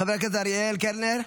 חבר הכנסת אריאל קלנר,